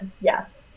yes